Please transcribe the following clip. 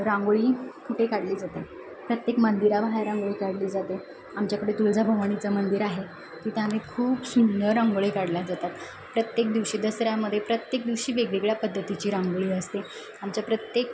रांगोळी कुठे काढली जाते प्रत्येक मंदिराबाहेर रांगोळी काढली जाते आमच्याकडे तुळजाभवनीचं मंदिर आहे तिथे आम्ही खूप सुंदर रांगोळी काढल्या जातात प्रत्येक दिवशी दसऱ्यामध्ये प्रत्येक दिवशी वेगवेगळ्या पद्धतीची रांगोळी असते आमच्या प्रत्येक